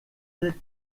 eut